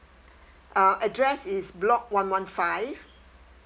uh address is block one one five